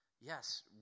yes